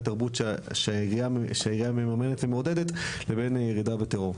תרבות שהעירייה מממנת ומעודדת לבין ירידה בטרור?